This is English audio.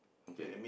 okay